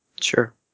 Sure